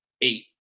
eight